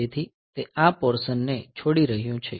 તેથી તે આ પોર્શન ને છોડી રહ્યો છે